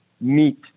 meet